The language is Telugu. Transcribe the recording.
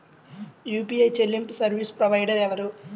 యూ.పీ.ఐ చెల్లింపు సర్వీసు ప్రొవైడర్ ఎవరు?